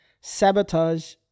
sabotage